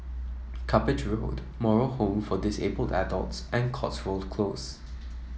Cuppage Road Moral Home for Disabled Adults and Cotswold Close